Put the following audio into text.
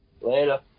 Later